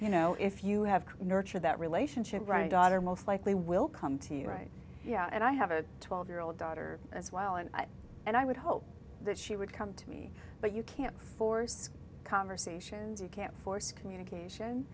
you know if you have nurtured that relationship right daughter most likely will come to you right yeah and i have a twelve year old daughter as well and i and i would hope that she would come to me but you can't force conversations you can't force communication